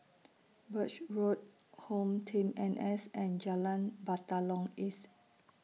Birch Road HomeTeam N S and Jalan Batalong East